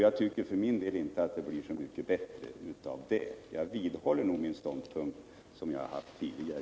Jag tycker för min del inte att det blir så mycket bättre av det, och jag vidhåller därför den ståndpunkt jag intagit.